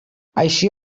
així